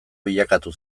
bilakatu